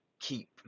Keep